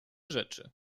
rzeczy